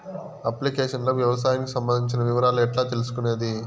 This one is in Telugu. అప్లికేషన్ లో వ్యవసాయానికి సంబంధించిన వివరాలు ఎట్లా తెలుసుకొనేది?